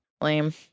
Lame